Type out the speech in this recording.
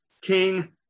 king